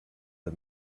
the